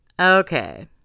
Okay